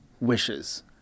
wishes